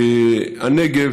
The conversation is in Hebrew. הנגב